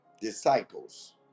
Disciples